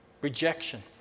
Rejection